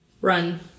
Run